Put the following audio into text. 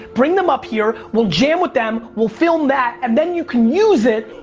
bring them up here, we'll jam with them, we'll film that, and then you can use it.